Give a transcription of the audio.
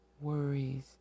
worries